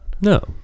No